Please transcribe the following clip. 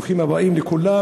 ברוכים הבאים לכולם.